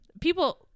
People